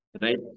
Right